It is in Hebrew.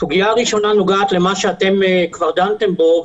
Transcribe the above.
סוגיה ראשונה נוגעת למה שאתם כבר דנתם בו,